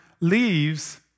leaves